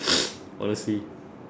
honestly